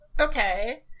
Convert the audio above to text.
Okay